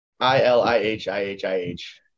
I-L-I-H-I-H-I-H